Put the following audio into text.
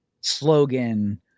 slogan